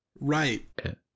right